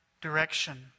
direction